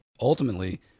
Ultimately